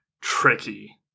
tricky